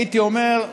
הייתי אומר,